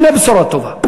והנה בשורה טובה.